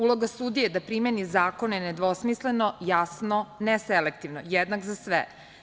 Uloga sudije je da primeni zakone nedvosmisleno, jasno, neselektivno, jednak za sve.